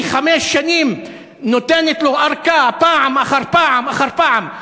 חמש שנים נותנת לו ארכה פעם אחר פעם אחר פעם?